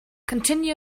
continue